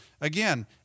Again